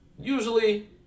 Usually